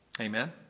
Amen